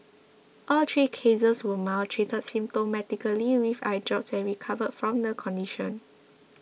all three cases were mild treated symptomatically with eye drops and recovered from the condition